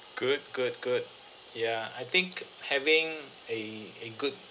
good good good ya I think having a a good